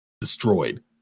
destroyed